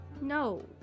No